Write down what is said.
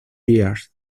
years